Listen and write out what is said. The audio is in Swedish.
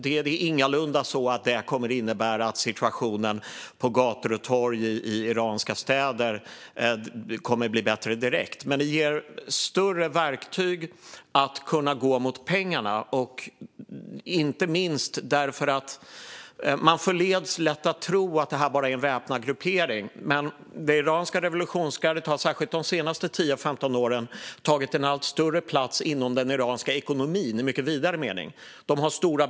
Det är ingalunda så att det skulle innebära att situationen på gator och torg i iranska städer blev bättre direkt, men det ger bättre verktyg att kunna gå på pengarna. Man förleds lätt att tro att detta bara är en väpnad gruppering, men det iranska revolutionsgardet har tagit en allt större plats inom den iranska ekonomin i mycket vidare mening, särskilt de senaste 10-15 åren.